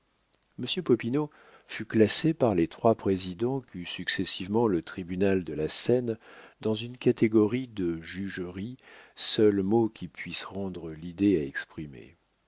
fut classé par les trois présidents qu'eut successivement le tribunal de la seine dans une catégorie de jugerie seul mot qui puisse rendre l'idée à exprimer